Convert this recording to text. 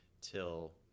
till